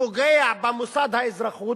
שפוגע במוסד האזרחות,